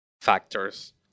factors